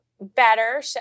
better